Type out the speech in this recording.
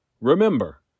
Remember